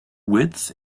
width